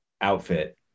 outfit